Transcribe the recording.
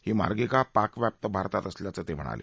ही मार्गिका पाक व्याप्त भारतात असल्याचं ते म्हणाले